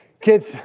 kids